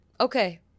okay